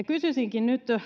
kysyisinkin nyt